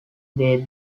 they